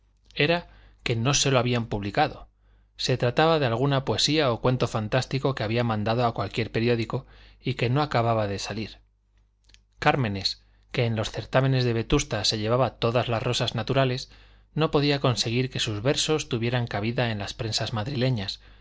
era que no se lo habían publicado se trataba de alguna poesía o cuento fantástico que había mandado a cualquier periódico y que no acababa de salir cármenes que en los certámenes de vetusta se llevaba todas las rosas naturales no podía conseguir que sus versos tuvieran cabida en las prensas madrileñas